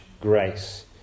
grace